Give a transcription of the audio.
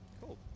cool